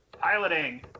Piloting